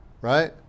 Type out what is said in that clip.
Right